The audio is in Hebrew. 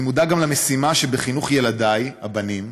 אני מודע גם למשימה שבחינוך ילדיי, הבנים,